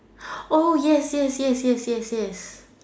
oh yes yes yes yes yes yes